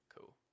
Cool